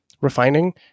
refining